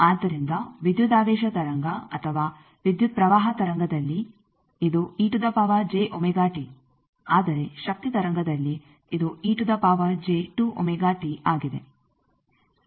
ಆದ್ದರಿಂದ ವಿದ್ಯುದಾವೇಶ ತರಂಗ ಅಥವಾ ವಿದ್ಯುತ್ ಪ್ರವಾಹ ತರಂಗದಲ್ಲಿ ಇದು ಆದರೆ ಶಕ್ತಿ ತರಂಗದಲ್ಲಿ ಇದು ಆಗಿದೆ